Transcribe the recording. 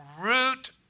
root